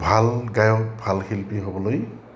ভাল গায়ক ভাল শিল্পী হ'বলৈ